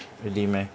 really meh